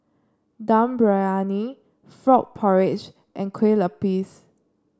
Dum Briyani Frog Porridge and Kueh Lapis